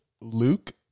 Luke